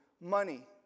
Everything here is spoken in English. money